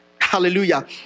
Hallelujah